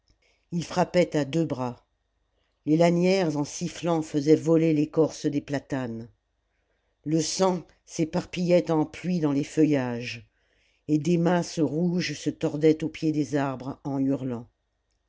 ii frappait à deux bras les lanières en sifflant faisaient voler l'écorce des platanes le sang s'éparpillait en pluie dans les feuillages et des masses rouges se tordaient au pied des arbres en hurlant